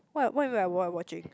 what what you meant by what I'm watching